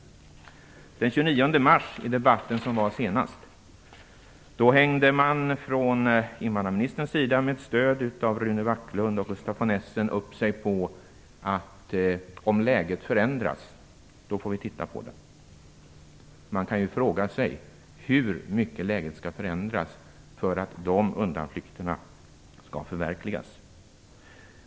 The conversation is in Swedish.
I den senaste debatten, den 29 mars, hängde invandrarministern med stöd av Rune Backlund och Gustaf von Essen upp sig på beskedet att om läget skulle förändras, skulle man se på frågan. Jag frågar mig hur mycket läget skall förändras för att den undanflykten inte längre skall vara tillämplig.